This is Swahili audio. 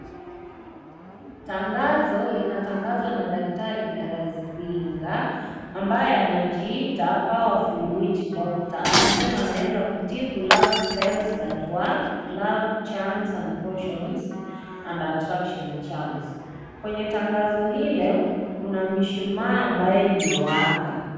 Tangazo linatangazwa na daktari Galazinga, ambaye anajiita powerful witchdoctor , anasema anaeza kutibu love spells that work, love charms and portions and attraction charms . Kwenye tangazo hilo, Kuna mishumaa ambayo imewaka.